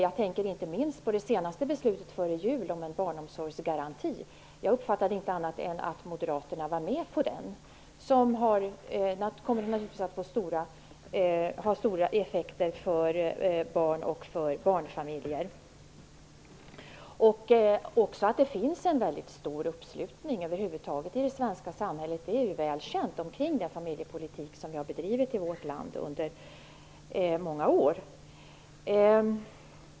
Jag tänker inte minst på beslutet före jul om en barnomsorgsgaranti. Jag uppfattade att moderaterna var med på denna, som kommer att få stora effekter för barnfamiljer. Det är också väl känt att det i det svenska samhället över huvud taget finns en stor uppslutning kring den familjepolitik som har bedrivits i vårt land under många år.